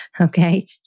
okay